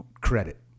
credit